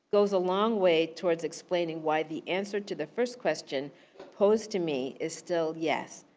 goes a long way towards explaining why the answer to the first question posed to me is still yes.